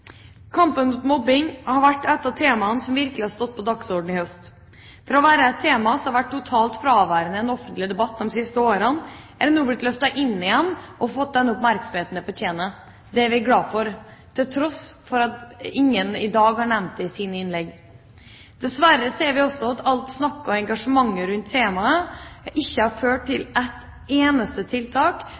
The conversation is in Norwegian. Kampen mot mobbing er et av de temaene som virkelig har stått på dagsordenen i høst. Fra å være et tema som har vært totalt fraværende i den offentlige debatt de siste åra, er det nå blitt løftet inn igjen og har fått den oppmerksomheten det fortjener. Det er vi glad for, til tross for at ingen i dag har nevnt det i sine innlegg. Dessverre ser vi også at alt snakket og engasjementet rundt temaet ikke har ført til et eneste tiltak